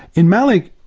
in malick.